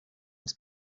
els